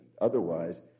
Otherwise